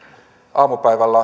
aamupäivällä